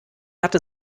hatte